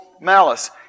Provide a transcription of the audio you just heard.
malice